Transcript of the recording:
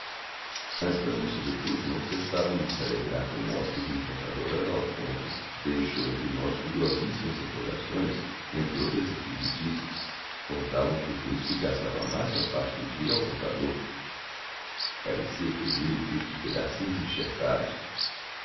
as damas sobretudo não cessavam de se alegrar com um hospede encantador a tal ponto deixou entre nós curiosissimas recordações entre outras exquisitices contavam que o principe gastava a maxima parte do dia ao toucador parecia todo elle feito de pedacinhos enxertados